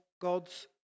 God's